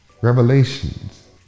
revelations